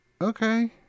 okay